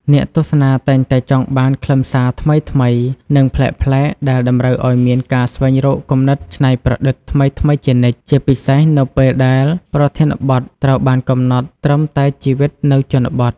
អ្នកទស្សនាតែងតែចង់បានខ្លឹមសារថ្មីៗ និងប្លែកៗ ដែលតម្រូវឲ្យមានការស្វែងរកគំនិតច្នៃប្រឌិតថ្មីៗជានិច្ច ជាពិសេសនៅពេលដែលប្រធានបទត្រូវបានកំណត់ត្រឹមតែជីវិតនៅជនបទ។